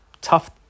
tough